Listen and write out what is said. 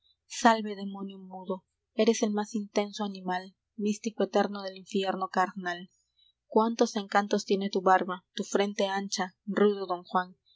salve demonio mudo eres el más intenso animal místico eterno del infierno carnal cuántos encantos tiene tu barba tu frente ancha rudo don juan